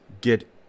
get